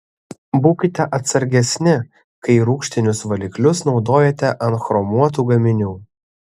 būkite atsargesni kai rūgštinius valiklius naudojate ant chromuotų gaminių